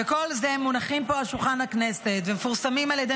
וכל אלה מונחים פה על שולחן הכנסת ומפורסמים על ידי